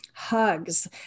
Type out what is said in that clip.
hugs